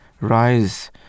rise